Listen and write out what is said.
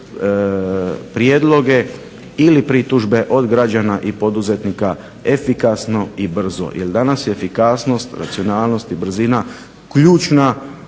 prijedloge ili pritužbe od građana i poduzetnika efikasno i brzo. Jer danas je efikasnost, racionalnost i brzina ključna